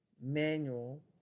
manual